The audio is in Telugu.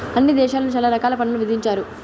అన్ని దేశాల్లోను చాలా రకాల పన్నులు విధించారు